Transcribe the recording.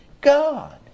God